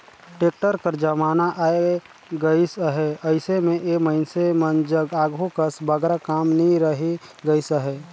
tractor कर जमाना आए गइस अहे, अइसे मे ए मइनसे मन जग आघु कस बगरा काम नी रहि गइस अहे